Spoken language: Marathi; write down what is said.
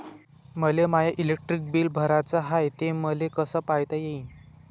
मले माय इलेक्ट्रिक बिल भराचं हाय, ते मले कस पायता येईन?